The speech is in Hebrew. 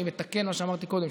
אני מתקן מה שאמרתי קודם,